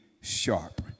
sharp